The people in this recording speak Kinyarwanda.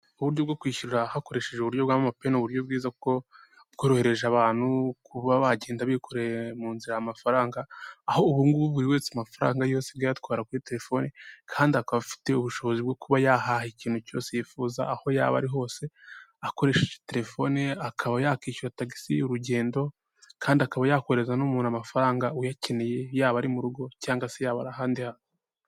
Uburyo bwo kwishyura hakoreshejwe uburyo bwa momo peyi, ni uburyo bwiza bwo bworohereje abantu kuba bagenda bikoreye munzira amafaranga, aho ubu ngubu buri wese amafaranga yose ye ayatwara kuri telefoni kandi akaba afite ubushobozi bwo kuba yahaha ikintu cyose yifuza aho yaba ari hose akoresheje telefone ye, akaba yakishyura tagisi y' urugendo kandi akaba yakoherereza n'umuntu amafaranga uyakeneye yaba ari murugo cyangwa se yaba ari ahandi hatu.